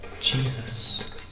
Jesus